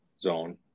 zone